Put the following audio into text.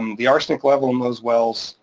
um the arsenic level in those wells